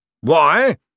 Why